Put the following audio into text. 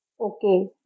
Okay